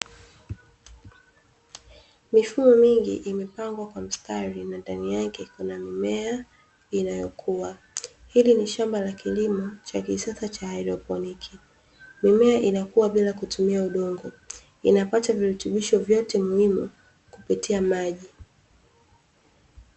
Mifumo mingi imepangwa kwa mstari na ndani yake kuna mimea inayokua, hili ni shamba la kilimo cha kisasa cha haidroponi. Mimea inakua bila kutumia udongo inapata virutubisho vyote muhimu kupitia maji.